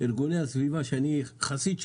ארגוני הסביבה שאני חסיד שלהם,